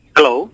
Hello